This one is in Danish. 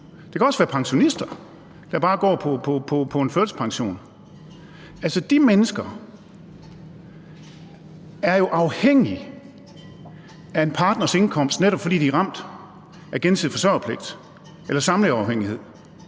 Det kan også være pensionister, der bare går på en førtidspension. De mennesker er jo afhængige af deres partners indkomst, netop fordi de er ramt af det om gensidig forsørgerpligt, altså samleverafhængighed